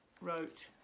wrote